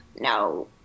no